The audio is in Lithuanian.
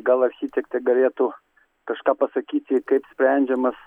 gal architektė galėtų kažką pasakyti kaip sprendžiamas